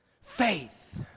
Faith